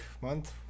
month